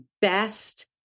best